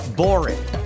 boring